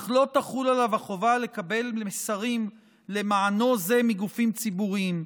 אך לא תחול עליו החובה לקבל מסרים למענו זה מגופים ציבוריים.